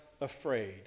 afraid